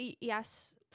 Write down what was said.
Yes